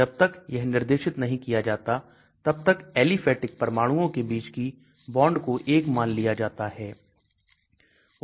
जब तक यह निर्देशित नहीं किया जाता तब तक एलिफेटिक परमाणुओं के बीच की बांड को एक मान लिया जाता है